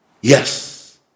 Yes